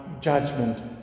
judgment